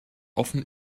offen